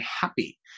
happy